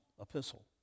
epistle